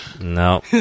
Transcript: No